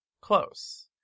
Close